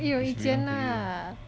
一人一间 lah